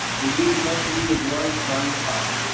the university of warwick science park.